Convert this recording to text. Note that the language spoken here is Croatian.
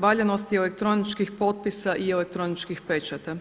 valjanosti elektroničkih potpisa i elektroničkih pečata.